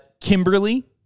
Kimberly